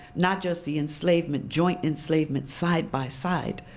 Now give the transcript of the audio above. not just the enslavement, joint enslavement side by side,